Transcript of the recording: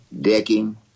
Decking